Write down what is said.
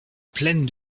pleine